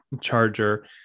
charger